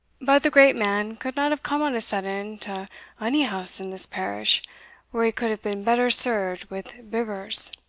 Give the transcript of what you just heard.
but the great man could not have come on a sudden to ony house in this parish where he could have been better served with vivers